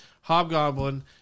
Hobgoblin